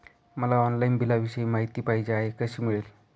मला ऑनलाईन बिलाविषयी माहिती पाहिजे आहे, कशी मिळेल?